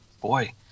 Boy